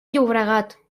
llobregat